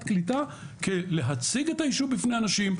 קליטה כלהציג את היישוב בלפני האנשים,